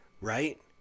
right